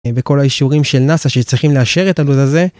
בכל האישורים של נאס"א שצריכים לאשר את הלו"ז הזה.